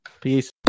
peace